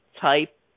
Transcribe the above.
type